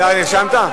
אתה נרשמת?